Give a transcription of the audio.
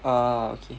ah okay